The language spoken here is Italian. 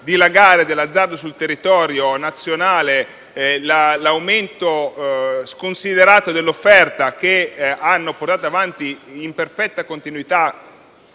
dilagare dell'azzardo sul territorio nazionale e l'aumento sconsiderato dell'offerta, che hanno portato avanti, in perfetta continuità,